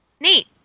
Neat